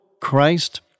Christ